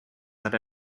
that